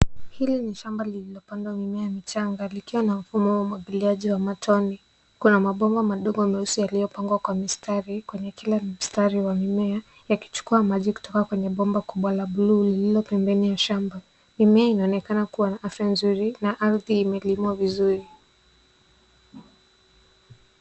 Hili ni shamba lililopandwa mimea michanga likiwa na mfumo wa umwagiliaji wa matone. Kuna mabomba madogo meusi yaliyopangwa kwa mistari kwenye kila mistari wa mimea, yakichukua maji kutoka kwenye bomba kubwa la buluu lililopembeni ya shamba. Mimea inaonekana kuwa na afya nzuri na ardhi imelimwa vizuri.